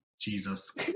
jesus